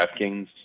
DraftKings